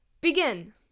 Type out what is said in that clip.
begin